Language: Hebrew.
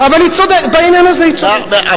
בעניין הזה היא צודקת.